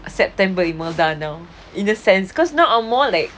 september imelda now in the sense cause I'm more like